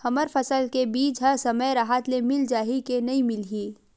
हमर फसल के बीज ह समय राहत ले मिल जाही के नी मिलही?